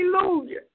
hallelujah